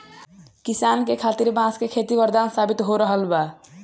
किसान खातिर बांस के खेती वरदान साबित हो रहल बा